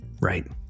right